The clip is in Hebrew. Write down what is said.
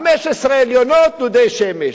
15 עליונות דודי שמש.